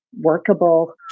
workable